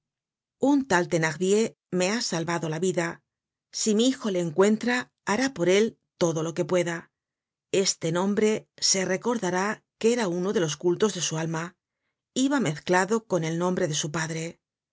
un tal thenardier me ha salvado la vida si mi hijo le encuentra hará por él todo lo que pueda este nombre se recordará que era uno de los cultos de su alma iba mezclado con el nombre de su padre